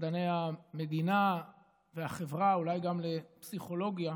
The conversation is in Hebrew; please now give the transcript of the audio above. למדעי המדינה והחברה, אולי גם לפסיכולוגיה,